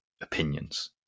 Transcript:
opinions